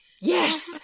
Yes